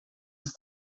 ist